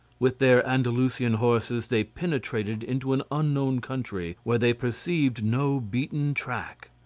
with their andalusian horses they penetrated into an unknown country, where they perceived no beaten track.